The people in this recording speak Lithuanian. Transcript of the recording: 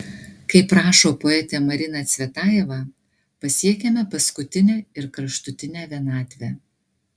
kaip rašo poetė marina cvetajeva pasiekiame paskutinę ir kraštutinę vienatvę